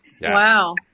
Wow